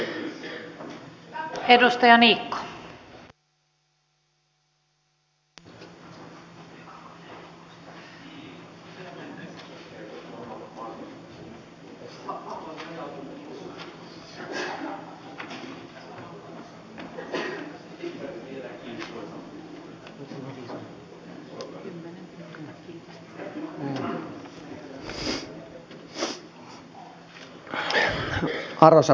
arvoisa puhemies